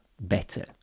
better